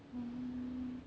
mm